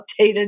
updated